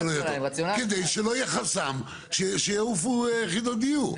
אלא כדי שלא יהיה חסם שיעופו יחידות דיור.